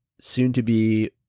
soon-to-be